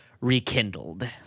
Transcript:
Rekindled